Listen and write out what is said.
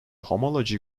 homology